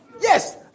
Yes